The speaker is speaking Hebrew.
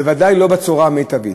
ובוודאי לא בצורה המיטבית.